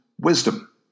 wisdom